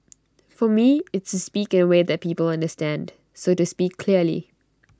for me it's to speak in A way that people understand so to speak clearly